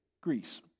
Greece